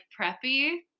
preppy